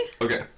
okay